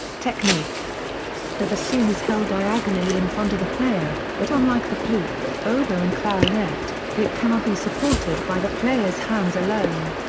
technique the bassoon is held diagonally in front of the player, but unlike the flute, oboe and clarinet, it cannot be supported by the player's hands alone.